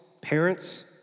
parents